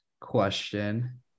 question